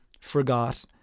forgot